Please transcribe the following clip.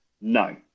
no